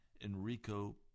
Enrico